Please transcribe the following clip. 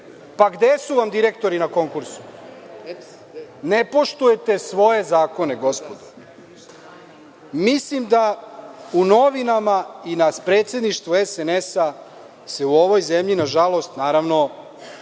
Pa gde su vam direktori na konkursu? Ne poštujete svoje zakone gospodo. Mislim da u novinama i na predsedništvu SNS se u ovoj zemlji, na žalost, naravno,